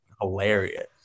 hilarious